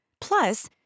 Plus